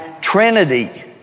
Trinity